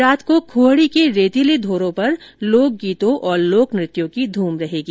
रात को खुहड़ी के रेतीले धोरों पर लोकगीतों और लोकनृत्यों की धूम रहेगी